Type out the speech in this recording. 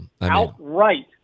Outright